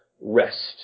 rest